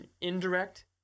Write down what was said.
indirect